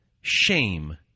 shame